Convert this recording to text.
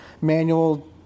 manual